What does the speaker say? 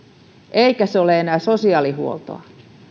eikä se ole enää sosiaalihuoltoa